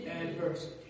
adversity